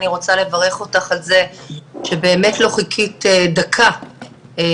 אני רוצה לברך אותך על זה שבאמת לא חיכית דקה מיותרת,